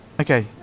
Okay